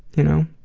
you know?